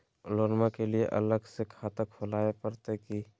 लोनमा के लिए अलग से खाता खुवाबे प्रतय की?